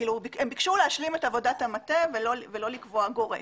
הם ביקשו להשלים את עבודת המטה ולא לקבוע גורף.